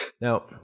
Now